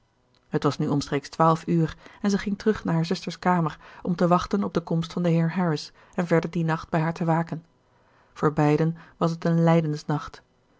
het was nu omstreeks twaalf uur en zij ging terug naar haar zuster's kamer om te wachten op de komst van den heer harris en verder dien nacht bij haar te waken voor beiden was het een